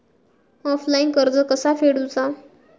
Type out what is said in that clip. Offline कर्ज कसा फेडूचा?